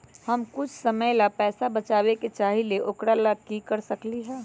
हम कुछ समय ला पैसा बचाबे के चाहईले ओकरा ला की कर सकली ह?